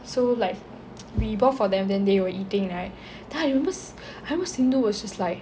so like we bought for them then they were eating right then I remember I remember sindu was just like